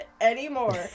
anymore